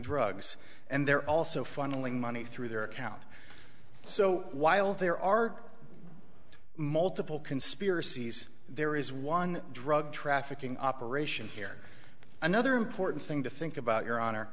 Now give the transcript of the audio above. drugs and they're also funneling money through their account so while there are multiple conspiracies there is one drug trafficking operation here another important thing to think about your honor